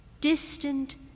Distant